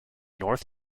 north